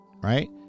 right